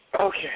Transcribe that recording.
Okay